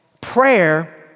prayer